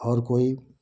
और कोई